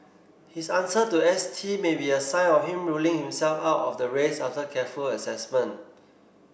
his answer to S T may be a sign of him ruling himself out of the race after careful assessment